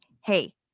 Hey